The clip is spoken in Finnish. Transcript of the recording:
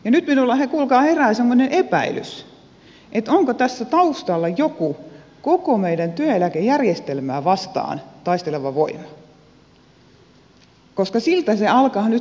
nyt minulla kuulkaa herää semmoinen epäilys onko tässä taustalla joku koko meidän työeläkejärjestelmää vastaan taisteleva voima koska siltä se alkaa nyt kuulostaa